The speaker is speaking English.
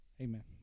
Amen